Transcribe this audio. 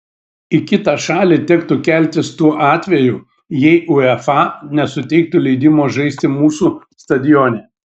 į kitą šalį tektų keltis tuo atveju jei uefa nesuteiktų leidimo žaisti mūsų stadione